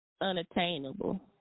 unattainable